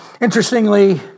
Interestingly